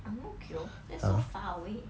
ang mo kio that's so far away